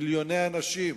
מיליוני אנשים,